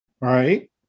right